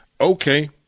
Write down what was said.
okay